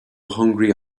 hungry